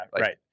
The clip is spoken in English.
right